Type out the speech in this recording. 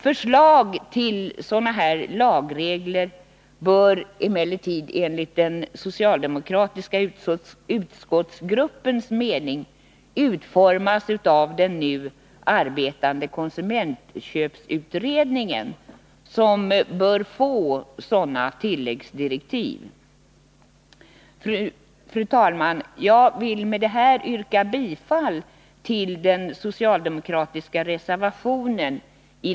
Förslag till sådana lagregler bör enligt den socialdemokratiska utskottsgruppens mening utformas av den nu arbetande konsumentköpsutredningen, som bör få sådana tilläggsdirektiv. Fru talman! Jag vill med detta yrka bifall till den socialdemokratiska reservationen.